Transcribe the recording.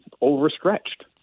overstretched